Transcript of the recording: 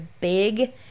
big